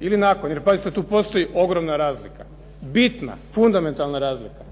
ili nakon? Jer pazite tu postoji ogromna razlika, bitna, fundamentalna razlika.